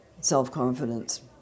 self-confidence